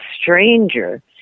stranger